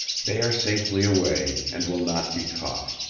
they are safely away, and will not be caught.